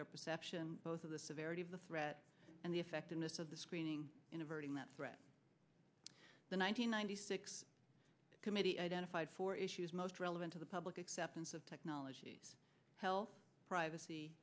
their perception both of the severity of the threat and the effectiveness of the screening in averting that threat the one hundred ninety six committee identified four issues most relevant to the public acceptance of technologies health privacy